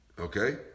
okay